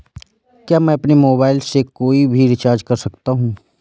क्या मैं अपने मोबाइल से कोई भी रिचार्ज कर सकता हूँ?